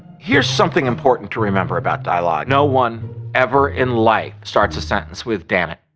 here's something important to remember about dialogue, no one ever in life starts a sentence with dammit.